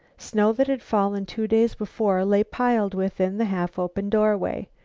snow that had fallen two days before lay piled within the half-open doorway.